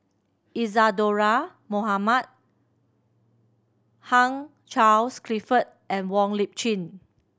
Isadhora Mohamed Hugh Charles Clifford and Wong Lip Chin